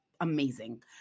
amazing